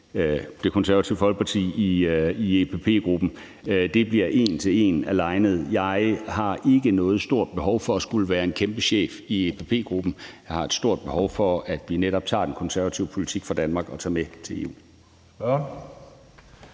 Det Konservative Folkeparti i EPP-gruppen. Det bliver en til en alignet. Jeg har ikke noget stort behov for at skulle være en kæmpe chef i EPP-gruppen. Jeg har et stort behov for, at vi netop tager den konservative politik fra Danmark med til EU.